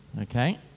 okay